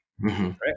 right